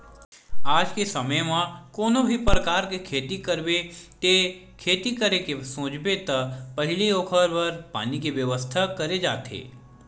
आज के समे म कोनो भी परकार के खेती करबे ते खेती करे के सोचबे त पहिली ओखर बर पानी के बेवस्था करे जाथे